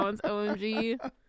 OMG